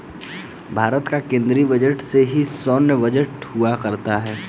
भारत के केन्द्रीय बजट में ही सैन्य बजट हुआ करता है